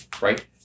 Right